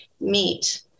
meet